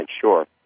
sure